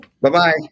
Bye-bye